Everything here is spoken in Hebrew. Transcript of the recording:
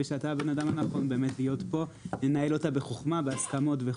ושאתה הבן אדם הנכון להיות פה ולנהל אותה בחכמה ובהסכמות.